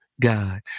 God